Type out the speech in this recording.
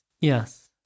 yes